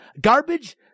garbage